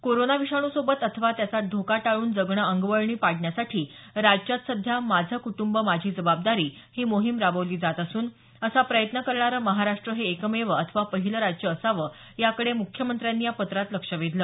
corona विषाणूसोबत अथवा त्याचा धोका टाळून जगणं अंगवळणी पडण्यासाठी राज्यात सध्या माझं कुटुंब माझी जबाबदारी ही मोहीम राबवली जात असून असा प्रयत्न करणारं महाराष्ट्र हे एकमेव अथवा पहिलं राज्य असावं याकडे मुख्यमंत्र्यांनी या पत्रात लक्ष वेधलं